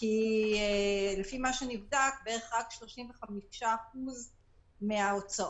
כי לפי מה שנבדק רק בערך 35% מההוצאות